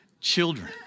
children